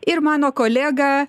ir mano kolega